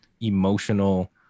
emotional